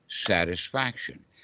satisfaction